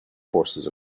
forces